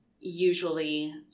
usually